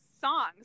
songs